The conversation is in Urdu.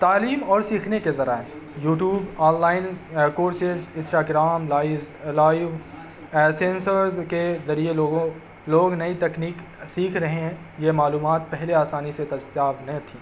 تعلیم اور سیکھنے کے ذرائع YouTube online courses Instagram لائز لائیو سینسرز کے ذریعے لوگوں لوگ نئی تکنیک سیکھ رہے ہیں یہ معلومات پہلے آسانی سے دستیاب نہیں تھیں